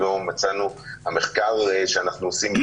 המחקר שאנחנו עושים,